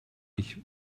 ich